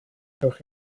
cewch